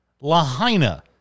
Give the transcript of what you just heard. Lahaina